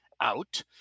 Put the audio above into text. out